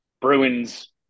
Bruins